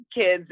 kids